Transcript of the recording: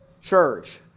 church